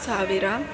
ಸಾವಿರ